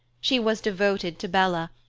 she was devoted to bella,